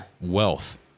wealth